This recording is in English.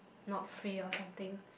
not free or something